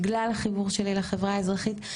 בגלל החיבור שלי לחברה האזרחית,